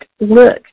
look